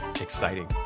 exciting